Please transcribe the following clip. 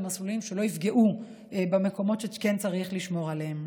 מסלולים שלא יפגעו במקומות שכן צריך לשמור עליהם.